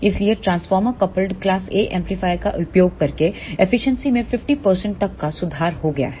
इसलिए transformer coupled class A amplifier का उपयोग करके एफिशिएंसी में 50 तक का सुधार हो गया है